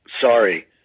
sorry